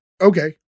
okay